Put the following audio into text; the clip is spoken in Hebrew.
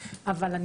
הזכות שלו